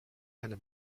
eine